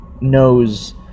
knows